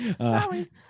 Sorry